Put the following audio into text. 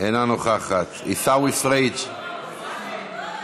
אינה נוכחת, עיסאווי פריג' מוותר.